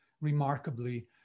remarkably